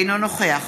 אינו נוכח